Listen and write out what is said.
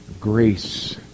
grace